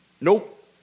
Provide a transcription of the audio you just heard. Nope